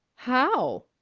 how?